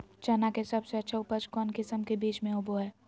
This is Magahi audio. चना के सबसे अच्छा उपज कौन किस्म के बीच में होबो हय?